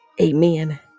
amen